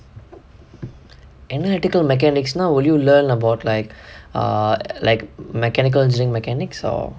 analytical mechanics now will you learn about like err like mechanical zinc mechanics or